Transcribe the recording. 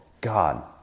God